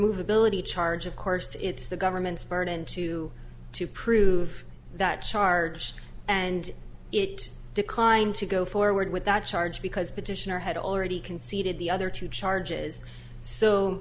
remove ability charge of course it's the government's burden to to prove that charge and it declined to go forward with that charge because petitioner had already conceded the other two charges so